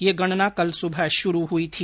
यह गणना कल सुबह शुरू की गई थी